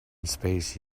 space